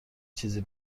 چیزی